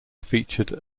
featured